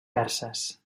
perses